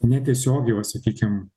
netiesiogiai o sakykim